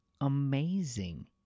amazing